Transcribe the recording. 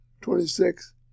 Twenty-six